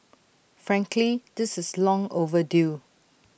frankly this is long overdue